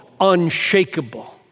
unshakable